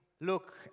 look